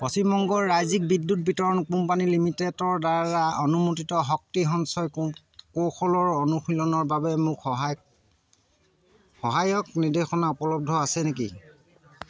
পশ্চিম বংগ ৰাজ্যিক বিদ্যুৎ বিতৰণ কোম্পানী লিমিটেডৰদ্বাৰা অনুমোদিত শক্তি সঞ্চয় কৌশলৰ অনুশীলনৰ বাবে কোনো সহায় সহায়ক নিৰ্দেশনা উপলব্ধ আছে নেকি